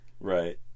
Right